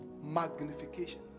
magnification